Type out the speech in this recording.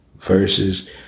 versus